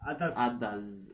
others